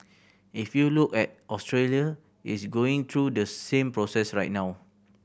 if you look at Australia it's going through the same process right now